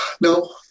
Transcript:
No